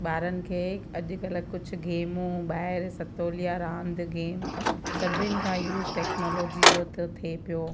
ॿारनि खे अॼुकल्ह कुझु गेमूं ॿाहिरि सतोलिया रांदि गेम सभिनि खां यूस टैक्नोलॉजी जो थो थिए पियो